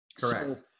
correct